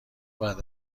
بعد